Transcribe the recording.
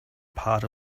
part